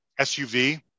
suv